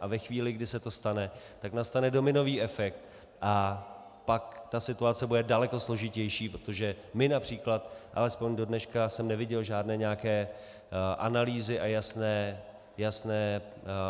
A ve chvíli, kdy se to stane, tak nastane dominový efekt a pak ta situace bude daleko složitější, protože my, například alespoň do dneška jsem neviděl žádné nějaké analýzy a jasné